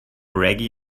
reggae